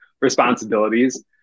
responsibilities